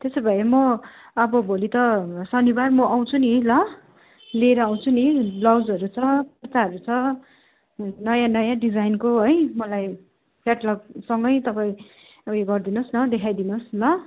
त्यसो भए म अब भोलि त शनिबार म आउँछु नि ल लिएर आउँछु नि ब्लाउजहरू छ कुर्ताहरू छ नयाँ नयाँ डिजाइनको है मलाई क्याटलगसँगै तपाईँ उयो गर्दिनुहोस् न देखाइदिनुहोस् ल